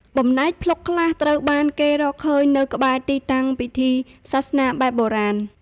បំណែកភ្លុកខ្លះត្រូវបានគេរកឃើញនៅក្បែរទីតាំងពិធីសាសនាបែបបុរាណ។